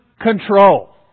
control